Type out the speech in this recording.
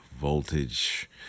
voltage